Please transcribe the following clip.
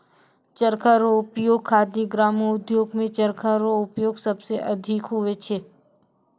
चरखा रो उपयोग खादी ग्रामो उद्योग मे चरखा रो प्रयोग सबसे अधिक हुवै छै